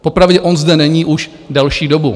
Popravdě on zde není už delší dobu.